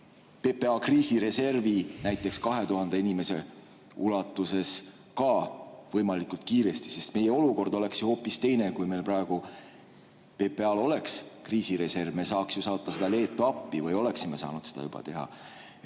PPA kriisireserv näiteks 2000 inimese ulatuses ka võimalikult kiiresti. Meie olukord oleks ju hoopis teine, kui PPA-l oleks kriisireserv. Me saaks ju saata selle Leetu appi või oleksime saanud seda juba teha.